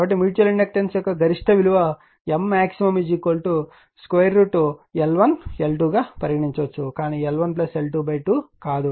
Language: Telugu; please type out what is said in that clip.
కాబట్టి మ్యూచువల్ ఇండక్టెన్స్ యొక్క గరిష్ట విలువను M max L1L2 గా పరిగణించవచ్చు కానీ L1L22 కాదు